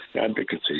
advocacy